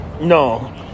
No